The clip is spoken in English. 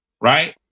right